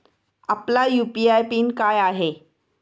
आपला UPI PIN काय आहे?